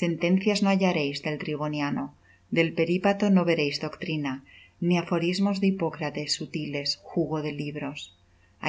sentencias no hallareis del triboniano del peripato no veréis doctrina ni aforismos de hipócrates sutiles jugo de libros